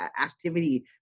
activity